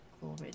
glory